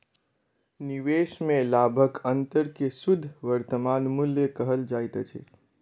निवेश में लाभक अंतर के शुद्ध वर्तमान मूल्य कहल जाइत अछि